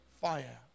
fire